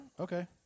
Okay